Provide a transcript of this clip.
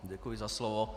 Děkuji za slovo.